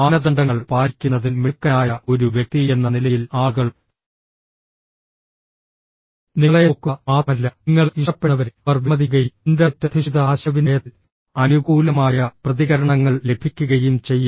മാനദണ്ഡങ്ങൾ പാലിക്കുന്നതിൽ മിടുക്കനായ ഒരു വ്യക്തിയെന്ന നിലയിൽ ആളുകൾ നിങ്ങളെ നോക്കുക മാത്രമല്ല നിങ്ങളെ ഇഷ്ടപ്പെടുന്നവരെ അവർ വിലമതിക്കുകയും ഇന്റർനെറ്റ് അധിഷ്ഠിത ആശയവിനിമയത്തിൽ അനുകൂലമായ പ്രതികരണങ്ങൾ ലഭിക്കുകയും ചെയ്യും